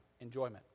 enjoyment